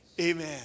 Amen